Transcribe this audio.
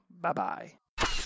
Bye-bye